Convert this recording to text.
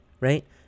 right